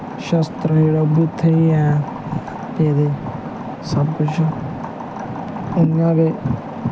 शस्त्र जेह्ड़ा ओह् बी उत्थै ई ऐ पेदे सब किश इ'यां गै